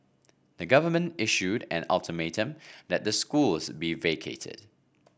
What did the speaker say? the government issued an ultimatum that the schools be vacated